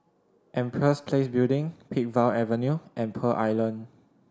Empress Place Building Peakville Avenue and Pearl Island